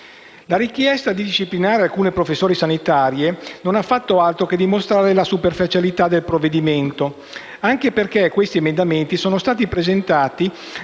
La richiesta di disciplinare alcune professioni sanitarie non ha fatto altro che dimostrare la superficialità del provvedimento, anche perché quegli emendamenti sono stati presentati